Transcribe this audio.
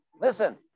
Listen